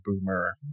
boomer